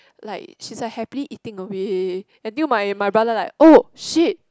like she's like happily eating away until my my brother like oh shit